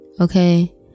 okay